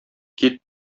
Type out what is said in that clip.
кит